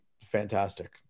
fantastic